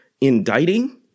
indicting